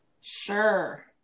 Sure